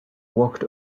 walked